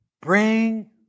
bring